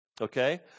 okay